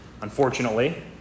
Unfortunately